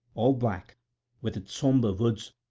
all black with its sombre woods,